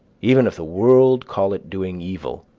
even if the world call it doing evil,